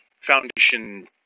foundation